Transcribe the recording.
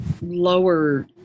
lower